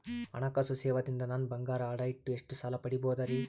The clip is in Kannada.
ಹಣಕಾಸು ಸೇವಾ ದಿಂದ ನನ್ ಬಂಗಾರ ಅಡಾ ಇಟ್ಟು ಎಷ್ಟ ಸಾಲ ಪಡಿಬೋದರಿ?